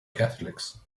catholics